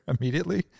immediately